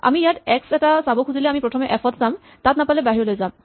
আমি ইয়াত এক্স এটা চাব খুজিলে আমি প্ৰথমে এফ ত চাম তাত নাপালে বাহিৰলৈ যাম